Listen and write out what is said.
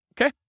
okay